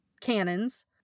cannons